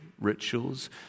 rituals